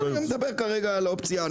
אני מדבר כרגע האופציה,